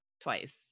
twice